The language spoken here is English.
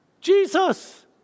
Jesus